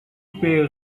pay